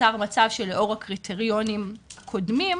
נוצר מצב שלאור קריטריונים הקודמים,